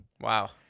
Wow